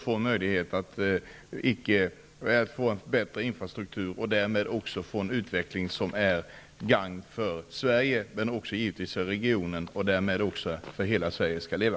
Man behöver en förbättring i infrastrukturen för att få en utveckling som är till gagn för regionen och därmed också för Sverige och för parollen Hela Sverige skall leva.